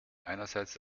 einerseits